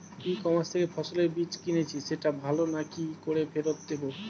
E commerce থেকে ফসলের বীজ কিনেছি সেটা ভালো না কি করে ফেরত দেব?